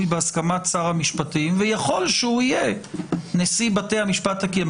בהסכמת שר המשפטים ויכול שהוא יהיה נשיא בתי המשפט הקהילתיים.